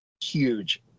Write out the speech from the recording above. huge